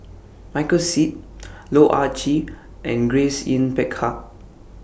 Michael Seet Loh Ah Chee and Grace Yin Peck Ha